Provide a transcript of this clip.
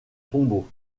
tombeau